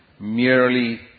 merely